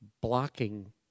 blocking